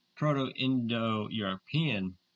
Proto-Indo-European